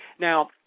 Now